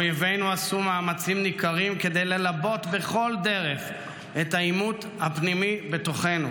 אויבינו עשו מאמצים ניכרים כדי ללבות בכל דרך את העימות הפנימי בתוכנו,